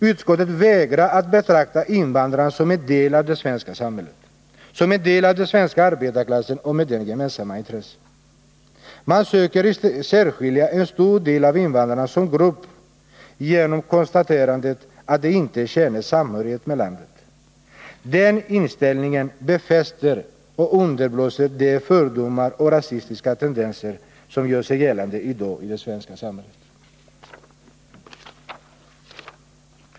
Utskottet vägrar att betrakta invandrarna som en del av det svenska samhället, som ett inslag i den svenska arbetarklassen, vilket har med den gemensamma intressen. Man söker i stället särskilja en stor del av invandrarna som grupp genom konstaterandet att de inte känner samhörighet med landet. Den inställningen befäster och underblåser de fördomar och rasistiska tendenser som gör sig gällande i dag i det svenska samhället.